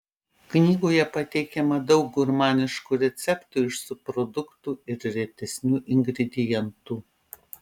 knygoje pateikiama daug gurmaniškų receptų iš subproduktų ir retesnių ingredientų